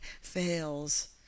fails